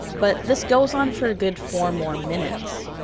but, this goes on for a good four more minutes.